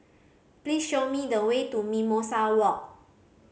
please show me the way to Mimosa Walk